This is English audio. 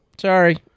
Sorry